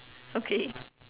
okay